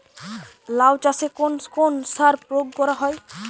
লাউ চাষে কোন কোন সার প্রয়োগ করা হয়?